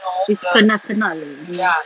it's kenal-kenal